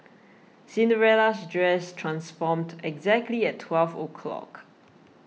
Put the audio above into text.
Cinderella's dress transformed exactly at twelve o'clock